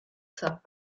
ça